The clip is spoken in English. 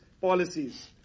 policies